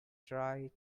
try